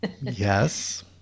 Yes